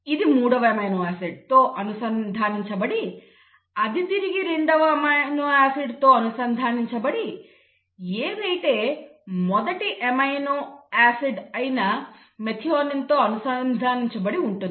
ఇది మూడవ అమైనో ఆసిడ్తో అనుసంధానించబడి అది తిరిగి రెండవ అమైనో ఆసిడ్తో అనుసంధానించబడి ఏదైతే మొదటి అమైనో ఆమ్లం అయిన మెథియోనిన్ తో అనుసంధానించబడి ఉంటుంది